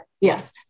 Yes